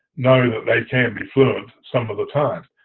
know that they can be fluent some of the time.